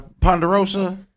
Ponderosa